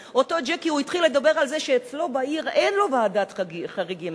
התחיל לדבר על זה שאצלו בעיר אין ועדת חריגים,